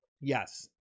Yes